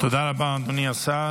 תודה רבה, אדוני השר.